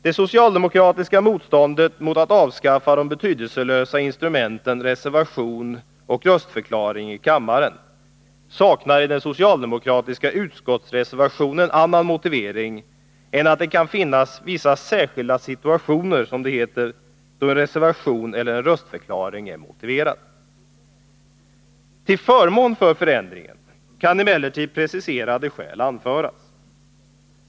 Det socialdemokratiska motståndet mot att avskaffa de betydelselösa instrumenten reservation och röstförklaring i kammaren saknar i den socialdemokratiska reservationen annan motivering än att det kan finnas vissa särskilda situationer — som det heter — då en reservation eller en röstförklaring är motiverad. Till förmån för förändringen kan emellertid preciserade skäl anföras.